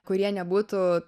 kurie nebūtų